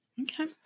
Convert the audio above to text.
Okay